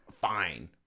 fine